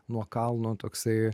nuo kalno toksai